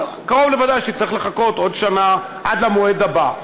אבל קרוב לוודאי שתצטרך לחכות עוד שנה עד למועד הבא.